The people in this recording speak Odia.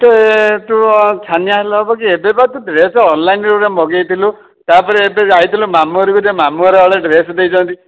ଏତେ ତୁ ଆଉ ଛାନିଆ ହେଲେ ହେବ କି ଏବେ ବା ତୁ ଡ୍ରେସ୍ ଅନଲାଇନ୍ରୁ ଗୋଟେ ମଗେଇଥିଲୁ ତା'ପରେ ଏବେ ଯାଇଥିଲୁ ମାମୁଁ ଘରକୁ ଯେ ମାମୁଁ ଘର ହଳେ ଡ୍ରେସ୍ ଦେଇଛନ୍ତି